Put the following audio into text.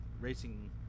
racing